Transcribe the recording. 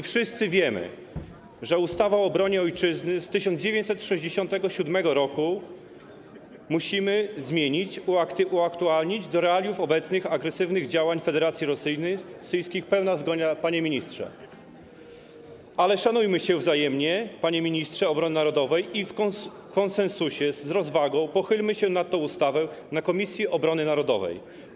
Wszyscy wiemy, że ustawę o obronie ojczyzny z 1967 r. musimy zmienić, uaktualnić do realiów obecnych agresywnych działań Federacji Rosyjskiej - pełna zgoda, panie ministrze - ale szanujmy się wzajemnie, panie ministrze obrony narodowej, i w konsensusie, z rozwagą pochylmy się nad tą ustawą w Komisji Obrony Narodowej,